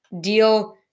deal